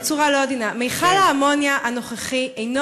בצורה לא עדינה: מכל האמוניה הנוכחי אינו